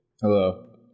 hello